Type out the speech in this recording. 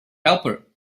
helper